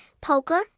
poker